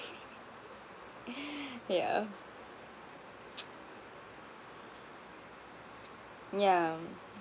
yeah yeah